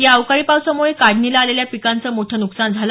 या अवकाळी पावसामुळे काढणीला आलेल्या पिकांचं मोठं नुकसान झालं